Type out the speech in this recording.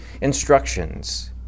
instructions